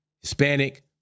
Hispanic